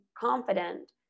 confident